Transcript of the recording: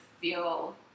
feel